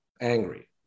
angry